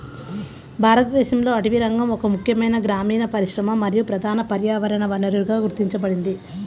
భారతదేశంలో అటవీరంగం ఒక ముఖ్యమైన గ్రామీణ పరిశ్రమ మరియు ప్రధాన పర్యావరణ వనరుగా గుర్తించబడింది